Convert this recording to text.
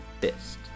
fist